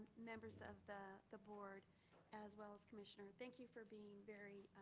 members of the the board as well as commissioner. thank you for being very